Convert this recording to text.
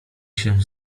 się